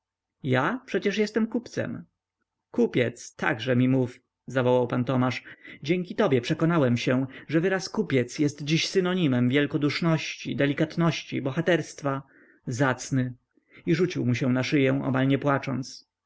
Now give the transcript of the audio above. ja przecież jestem kupcem kupiec także mi mów zawołał pan tomasz dzięki tobie przekonałem się że wyraz kupiec jest dziś synonimem wielkoduszności delikatności bohaterstwa zacny i rzucił mu się na szyję omal nie płacząc